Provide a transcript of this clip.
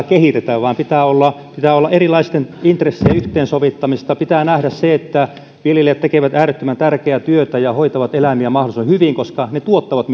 kehitetä vaan pitää olla pitää olla erilaisten intressien yhteensovittamista pitää nähdä se että viljelijät tekevät äärettömän tärkeää työtä ja hoitavat eläimiä mahdollisimman hyvin koska silloin ne tuottavat